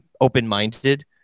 open-minded